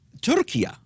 Turkey